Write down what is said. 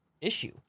issue